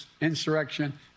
insurrection